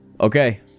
Okay